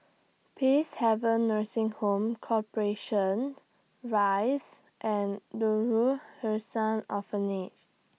Peacehaven Nursing Home Corporation Rise and Darul Ihsan Orphanage